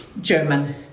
German